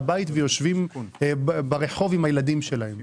הבית והם יושבים ברחוב עם הילדים שלהם?